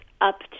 up